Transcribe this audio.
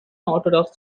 orthodox